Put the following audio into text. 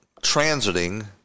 transiting